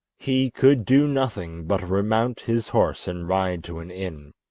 he could do nothing but remount his horse and ride to an inn.